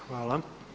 Hvala.